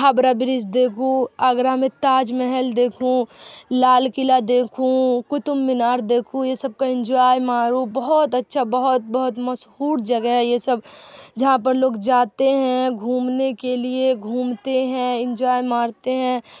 ہابرا برج دیکھوں آگرہ میں تاج محل دیکھوں لال قلعہ دیکھوں قطب مینار دیکھوں یہ سب کو انجوائے ماروں بہت اچھا بہت بہت مشہور جگہ ہے یہ سب جہاں پر لوگ جاتے ہیں گھومنے کے لیے گھومتے ہیں انجوائے مارتے ہیں